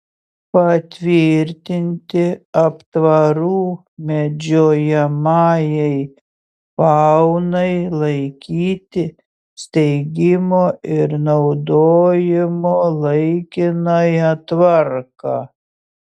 patvirtinti aptvarų medžiojamajai faunai laikyti steigimo ir naudojimo laikinąją tvarką